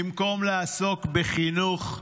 במקום לעסוק בחינוך.